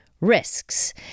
Risks